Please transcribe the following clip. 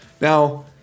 Now